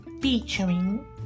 featuring